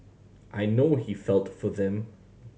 I know he felt for them